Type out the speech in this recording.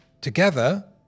together